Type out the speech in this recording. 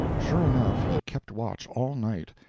sure enough, he kept watch all night,